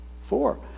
Four